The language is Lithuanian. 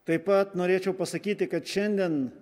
taip pat norėčiau pasakyti kad šiandien